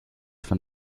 von